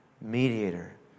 mediator